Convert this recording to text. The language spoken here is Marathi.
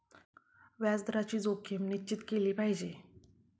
व्याज दराची जोखीम कशी निश्चित केली पाहिजे